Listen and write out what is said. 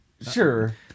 Sure